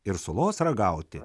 ir sulos ragauti